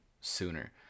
sooner